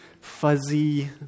fuzzy